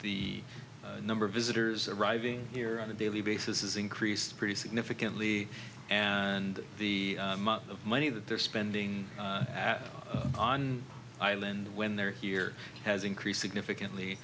the number of visitors arriving here on a daily basis is increased pretty significantly and the month of money that they're spending on island when they're here has increased significantly